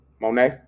Monet